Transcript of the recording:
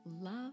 love